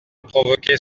provoquer